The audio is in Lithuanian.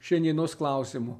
šiandienos klausimų